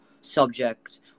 subject